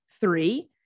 Three